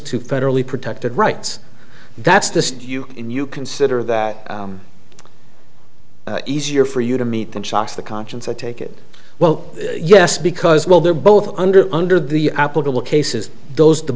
to federally protected rights that's just you when you consider that easier for you to meet than shocks the conscience i take it well yes because well they're both under under the applicable cases those the